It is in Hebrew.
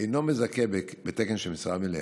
אינו מזכה בתקן של משרה מלאה,